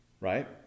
Right